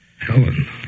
Helen